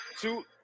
two